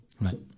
Right